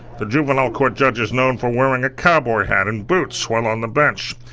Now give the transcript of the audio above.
the juvenile court judge is known for wearing a cowboy hat and boots while on the bench.